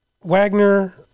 Wagner